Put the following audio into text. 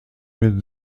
mit